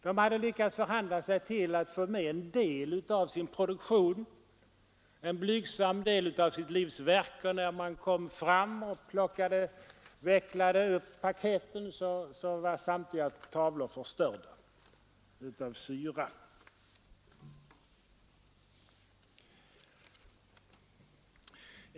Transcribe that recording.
De hade lyckats förhandla sig till att få med sig en del av sin produktion — en blygsam del av deras livsverk — men när de kom fram och vecklade upp paketen var samtliga tavlor förstörda av syra.